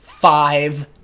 Five